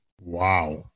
Wow